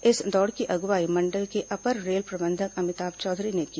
इस दौड़ की अगुवाई मंडल के अपर रेल प्रबंधक अमिताभ चौधरी ने की